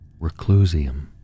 Reclusium